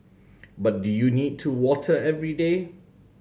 but do you need to water every day